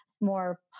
more